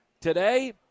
Today